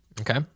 Okay